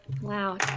Wow